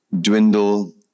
dwindle